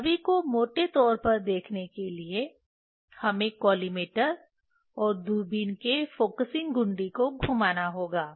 छवि को मोटे तौर पर देखने के लिए हमें कॉलिमेटर और दूरबीन के फोकसिंग घुंडी को घुमाना होगा